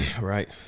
right